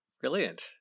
Brilliant